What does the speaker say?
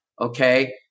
Okay